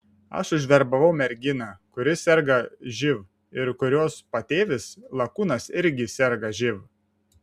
aš užverbavau merginą kuri serga živ ir kurios patėvis lakūnas irgi serga živ